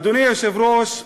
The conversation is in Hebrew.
אדוני היושב-ראש,